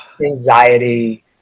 anxiety